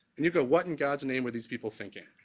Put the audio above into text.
and you go, what in god's name were this people thinking?